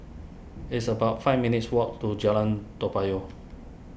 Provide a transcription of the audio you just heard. it's about five minutes' walk to Jalan Toa Payoh